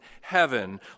heaven